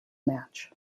match